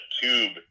tube